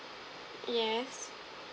yes